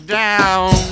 down